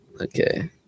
okay